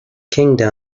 kingdom